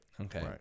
Okay